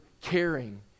caring